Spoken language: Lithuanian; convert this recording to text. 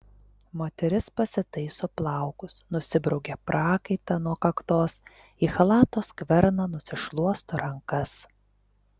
moteris pasitaiso plaukus nusibraukia prakaitą nuo kaktos į chalato skverną nusišluosto rankas